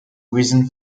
reason